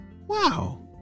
Wow